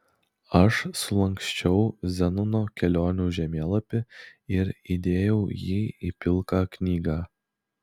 aš sulanksčiau zenono kelionių žemėlapį ir įdėjau jį į pilką knygą